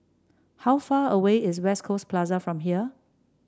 how far away is West Coast Plaza from here